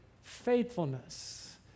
faithfulness